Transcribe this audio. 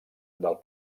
del